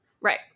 right